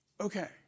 okay